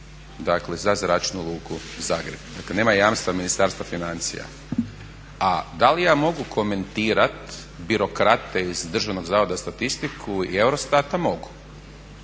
jamstvo za Zračnu luku Zagreb. Dakle, nema jamstva Ministarstva financija. A da li ja mogu komentirati birokrate iz Državnog zavoda za statistiku i EUROSTAT-a? Mogu.